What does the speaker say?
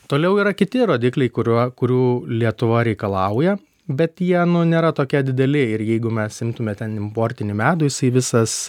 toliau yra kiti rodikliai kuriuo kurių lietuva reikalauja bet jie nu nėra tokie dideli ir jeigu mes imtume ten importinį medų jisai visas